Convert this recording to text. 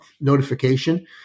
notification